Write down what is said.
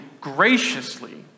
graciously